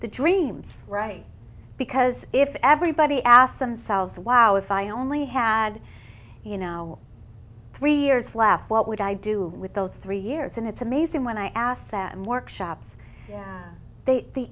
the dreams right because if everybody asked themselves wow if i only had you know three years left what would i do with those three years and it's amazing when i asked them workshops they the